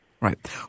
Right